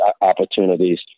opportunities